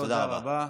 תודה רבה.